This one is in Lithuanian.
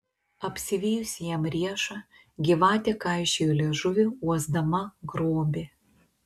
apsivijusi jam riešą gyvatė kaišiojo liežuvį uosdama grobį